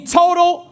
total